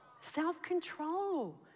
Self-control